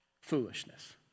Foolishness